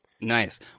nice